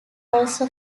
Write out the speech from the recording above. also